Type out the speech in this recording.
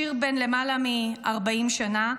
שיר בן למעלה מ-40 שנה,